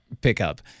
pickup